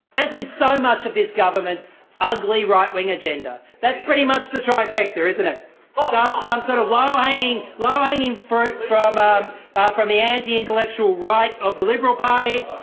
as with so much of this government's ugly right-wing agenda, that is pretty much the trifecta, isn't it, some um so um sort of low-hanging low-hanging fruit from ah ah from the anti-intellectual right of the liberal party,